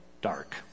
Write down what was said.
Dark